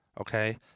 okay